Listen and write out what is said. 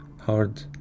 hard